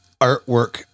artwork